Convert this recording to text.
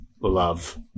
Love